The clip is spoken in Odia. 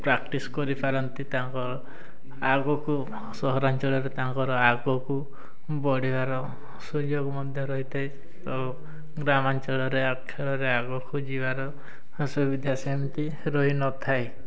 ପ୍ରାକ୍ଟିସ୍ କରିପାରନ୍ତି ତାଙ୍କର ଆଗକୁ ସହରାଞ୍ଚଳରେ ତାଙ୍କର ଆଗକୁ ବଢ଼ିବାର ସୁଯୋଗ ମଧ୍ୟ ରହିଥାଏ ତ ଗ୍ରାମାଞ୍ଚଳରେ ଖେଳରେ ଆଗକୁ ଯିବାର ସୁବିଧା ସେମିତି ରହିନଥାଏ